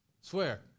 Swear